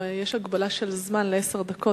יש לנו הגבלה של זמן של עשר דקות.